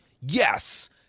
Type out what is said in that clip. Yes